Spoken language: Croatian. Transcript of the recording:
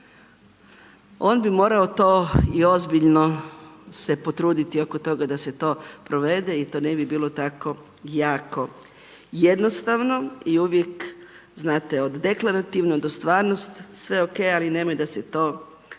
on bi morao to i ozbiljno se potruditi oko toga da se to provede i to ne bi bilo tako jako jednostavno i uvijek znate od deklarativno do stvarnost sve ok ali nemoj da se to